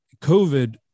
COVID